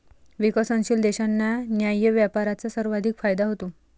विकसनशील देशांना न्याय्य व्यापाराचा सर्वाधिक फायदा होतो